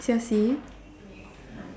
chelsie